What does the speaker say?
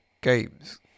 games